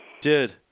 Dude